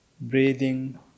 breathing